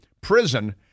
prison